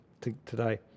today